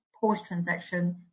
post-transaction